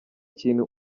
kintu